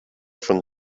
von